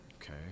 okay